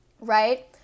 right